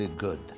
good